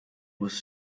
was